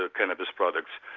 ah cannabis products,